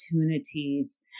opportunities